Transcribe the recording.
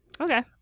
Okay